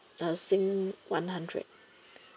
uh sing one hundred